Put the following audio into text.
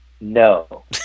No